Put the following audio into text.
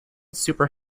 super